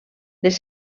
les